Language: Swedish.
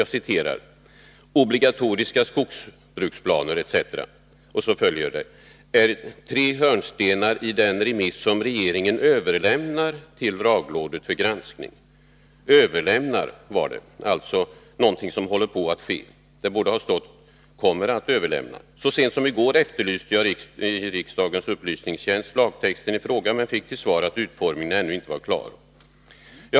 Man uttalar: Obligatoriska skogsbruksplaner, individuella avverkningskonton för att stimulera till ökad aktivitet i skogsbruket samt krav på minimiavverkning och skyldighet att gallra ungskog är tre hörnstenar i den remiss som regeringen överlämnar till lagrådet för granskning. Man använder alltså ordet ”överlämnar”. Det är således fråga om någonting som håller på att ske. Men det borde ha stått ”kommer att överlämnas”. Så sent som i går eferlyste jag hos riksdagens upplysningstjänst lagtexten i fråga. Jag fick emellertid till svar att man ännu inte var klar med utformningen av denna.